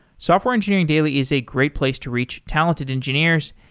software engineering daily is a great place to reach talented engineers,